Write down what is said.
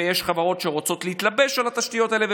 ויש חברות שרוצות להתלבש על התשתיות האלה,